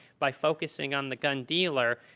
by focusing on the gun dealer,